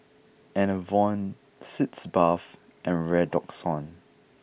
Enervon Sitz bath and Redoxon